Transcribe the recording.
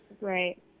right